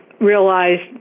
Realized